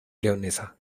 leonesa